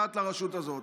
קצת לרשות הזאת,